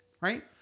right